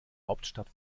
hauptstadt